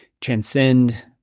transcend